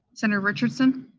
senator richardson?